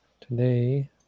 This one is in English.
today